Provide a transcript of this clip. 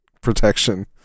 protection